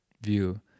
view